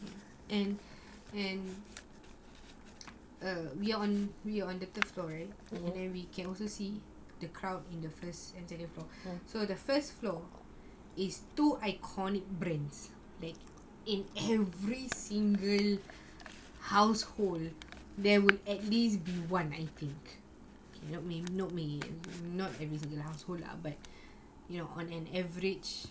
and and err we are on we are on the third floor right and then we can also see the crowd in the first and second floor so the first floor is two iconic brands like in every single household there would at least be one item I mean not every single household lah but you know on an average